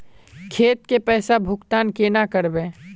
खेत के पैसा भुगतान केना करबे?